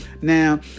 Now